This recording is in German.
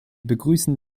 begrüßen